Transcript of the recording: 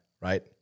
right